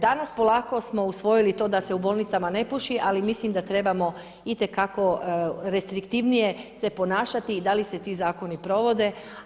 Danas polako smo usvojili to da se u bolnicama ne puši, ali mislim da trebamo itekako restriktivnije se ponašati da li se ti zakoni provode.